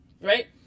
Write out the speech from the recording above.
Right